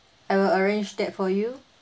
I will arrange that for you